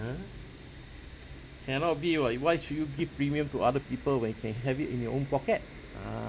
ah cannot be what why should you give premium to other people when you can have it in your own pocket